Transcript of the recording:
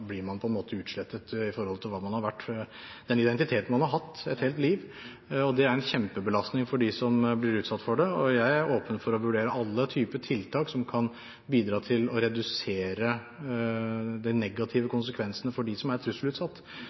blir man på en måte utslettet i forhold til hva man har vært, den identiteten man har hatt et helt liv, og det er en kjempebelastning for dem som blir utsatt for det. Jeg er åpen for å vurdere alle typer tiltak som kan bidra til å redusere de negative konsekvensene for dem som er trusselutsatt.